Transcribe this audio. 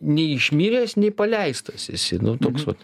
nei išmiręs nei paleistas esi nu toks vat